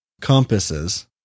compasses